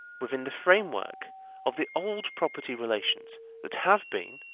within the framework of the old property relations that have been,